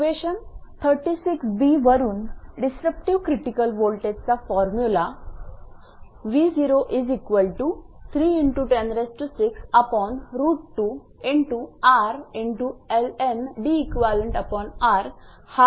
equation 36b वरून disruptive critical voltage चा formula हा आहे